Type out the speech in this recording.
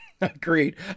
Agreed